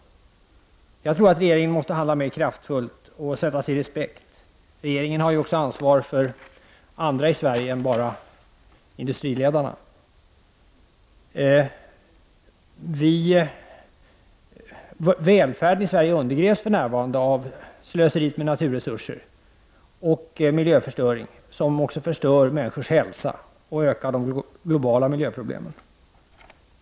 Jag tror att regeringen måste handla mer kraftfullt och sätta sig i respekt. Regeringen har ju också ansvar för andra i Sverige än bara industriledarna. Välfärden i Sverige undergrävs för närvarande av slöseriet med naturresurser och av miljöförstöring som också förstör människors hälsa och ökar de globala miljöproblemen.